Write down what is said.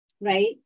Right